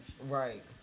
Right